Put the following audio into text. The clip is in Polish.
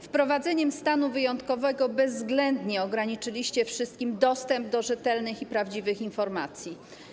Wprowadzeniem stanu wyjątkowego bezwzględnie ograniczyliście wszystkim dostęp do rzetelnych i prawdziwych informacji.